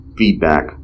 feedback